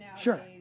sure